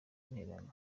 interahamwe